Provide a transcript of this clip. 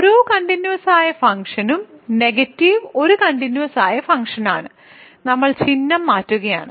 ഓരോ കണ്ടിന്യൂസ് ആയ ഫങ്ക്ഷനും നെഗറ്റീവ് ഒരു കണ്ടിന്യൂസ് ആയ ഫംഗ്ഷൻ ആണ് നമ്മൾ ചിഹ്നം മാറ്റുകയാണ്